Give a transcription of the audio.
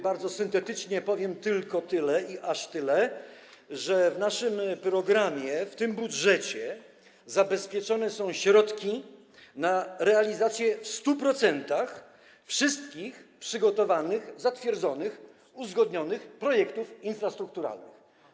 Bardzo syntetycznie powiem tylko tyle i aż tyle, że zgodnie z naszym programem w ramach tego budżetu zabezpieczone są środki na realizację w 100% wszystkich przygotowanych, zatwierdzonych, uzgodnionych projektów infrastrukturalnych.